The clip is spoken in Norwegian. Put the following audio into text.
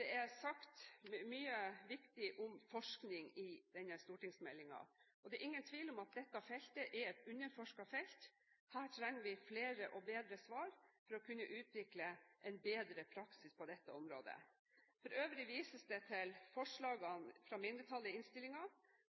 det er sagt mye viktig om forskning i denne stortingsmeldingen, og det er ingen tvil om at dette feltet er et underforsket felt. Her trenger vi flere og bedre svar for å kunne utvikle en bedre praksis på dette området. For øvrig vises det til forslagene fra mindretallet i innstillingen.